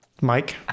Mike